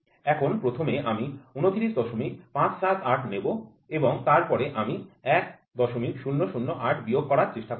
এখন প্রথমে আমি ২৯৫৭৮ নেব এবং তারপরে আমি ১০০৮ বিয়োগ করার চেষ্টা করব